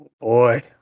Boy